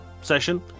session